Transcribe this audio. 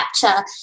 capture